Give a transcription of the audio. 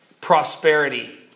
prosperity